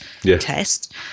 test